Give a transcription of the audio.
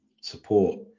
support